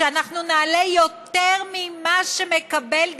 שאנחנו נעלה יותר ממה שמקבלים,